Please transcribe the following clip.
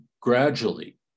gradually